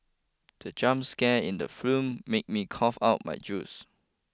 the jump scare in the film made me cough out my juice